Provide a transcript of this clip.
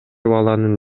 баланын